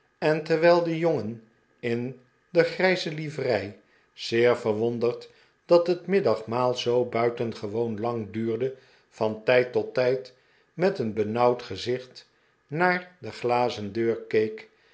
en terwijl de jongen in de grijze livrei zeer verwonderd dat het nimdagmaal zoo buitengewoon lang duur de van tijd tot tijd met een benauwd gezieht naar de glazen deur